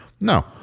No